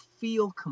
feel